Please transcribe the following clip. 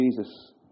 Jesus